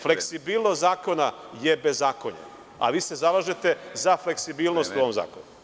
Fleksibilnost zakona je bezakonje, a vi se zalažete za fleksibilnost u ovom zakonu.